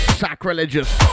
sacrilegious